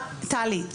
טלי,